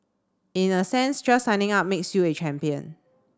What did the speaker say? in a sense just signing up makes you a champion